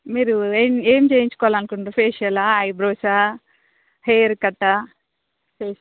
మీరు ఏం ఏం చేయించుకోవాలనుకుంటునారు ఫేషియలా ఐబ్రోసా హెయిర్ కట్టా